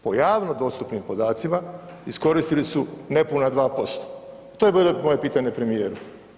Po javno dostupnim podacima iskoristili su nepuna 2%, to je moje pitanje premijeru.